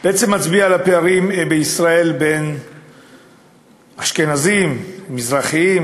בעצם מצביע על הפערים בישראל בין אשכנזים ומזרחים